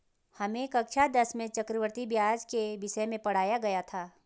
हमें कक्षा दस में चक्रवृद्धि ब्याज के विषय में पढ़ाया गया था